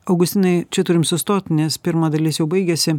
augustinai čia turim sustot nes pirma dalis jau baigiasi